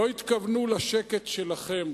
לא התכוונו לשקט שלכם,